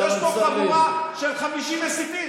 שאני מסית,